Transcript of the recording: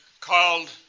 called